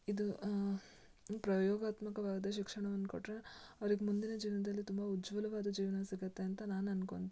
ಇದು ಪ್ರಯೋಗಾತ್ಮಕವಾದ ಶಿಕ್ಷಣವನ್ನು ಕೊಟ್ಟರೆ ಅವ್ರಿಗೆ ಮುಂದಿನ ಜೀವನದಲ್ಲಿ ತುಂಬ ಉಜ್ವಲವಾದ ಜೀವನ ಸಿಗುತ್ತೆ ಅಂತ ನಾನು ಅನ್ಕೊತಿನಿ